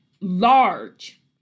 large